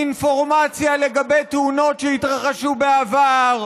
אינפורמציה לגבי תאונות שהתרחשו בעבר,